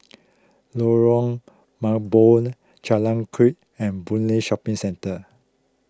Lorong Mambong Jalan Kuak and Boon Lay Shopping Centre